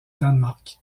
danemark